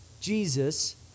Jesus